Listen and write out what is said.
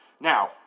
Now